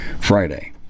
Friday